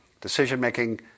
decision-making